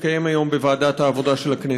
שהתקיים היום בוועדת העבודה של הכנסת.